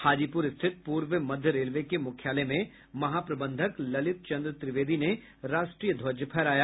हाजीपुर स्थित पूर्व मध्य रेलवे के मुख्यालय में महाप्रबंधक ललित चन्द्र त्रिवेदी ने राष्ट्रीय ध्वज फहराया